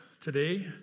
today